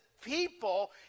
people